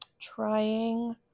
trying